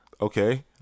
Okay